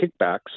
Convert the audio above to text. kickbacks